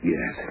Yes